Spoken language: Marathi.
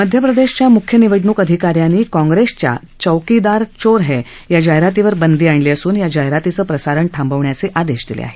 मध्यप्रदेशच्या मुख्य निवडणूक अधिकाऱ्यांनी काँग्रेसच्या चौकीदार चोर है या जाहिरातीवर बंदी आणली असून या जाहीरातीचं प्रसारण थांबवण्याचे आदेश दिले आहेत